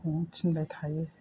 संनो थिनबाय थायो